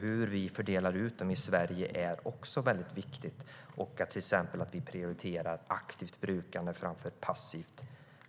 Hur vi fördelar dem i Sverige är också viktigt samt att vi till exempel prioriterar aktivt brukande framför passivt.